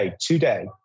today